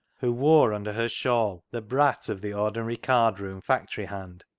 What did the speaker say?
who wore under her shawl the brat of the ordinary card-room factory-hand,